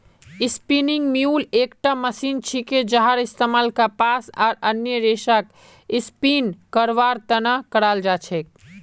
spinning mule एकटा machine छिके जहार इस्तमाल कपास आर अन्य रेशक स्पिन करवार त न कराल जा छेक